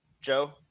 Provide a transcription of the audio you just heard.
Joe